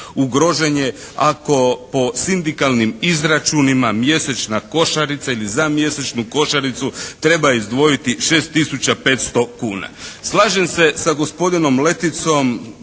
ugrožen je ako po sindikalnim izračunima mjesečna košarica ili za mjesečnu košaricu treba izdvojiti 6 tisuća 500 kuna. Slažem se sa gospodinom Leticom